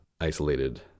isolated